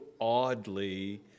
oddly